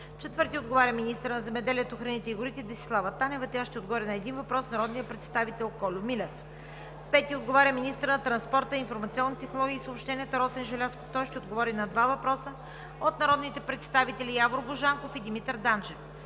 Сидорова. 4. Министърът на земеделието, храните и горите Десислава Танева ще отговори на един въпрос от народния представител Кольо Милев. 5. Министърът на транспорта, информационните технологии и съобщенията Росен Желязков ще отговори на два въпроса от народните представители Явор Божанков; и Димитър Данчев.